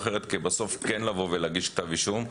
אחרת כי בסוף כן נבוא ונגיש כתב אישום.